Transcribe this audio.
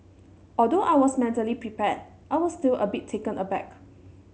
although I was mentally prepared I was still a bit taken aback